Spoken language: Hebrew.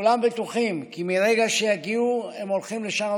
כולם בטוחים כי מרגע שיגיעו הם הולכים לשנות